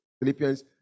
Philippians